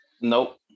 Nope